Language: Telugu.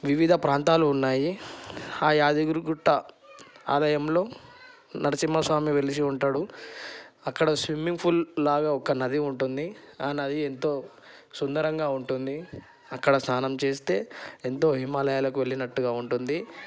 వివిధ ప్రాంతాలు ఉన్నాయి ఆ యాదగిరిగుట్ట ఆలయంలో నరసింహ స్వామి వెలసి ఉంటాడు అక్కడ స్విమ్మింగ్ పూల్ లాగా ఒక నది ఉంటుంది ఆ నది ఎంతో సుందరంగా ఉంటుంది అక్కడ స్నానం చేస్తే ఎంతో హిమాలయాలకు వెళ్ళినట్టుగా ఉంటుంది